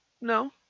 No